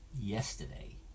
yesterday